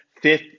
Fifth